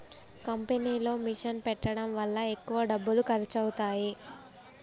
కంపెనీలో మిషన్ పెట్టడం వల్ల ఎక్కువ డబ్బులు ఖర్చు అవుతాయి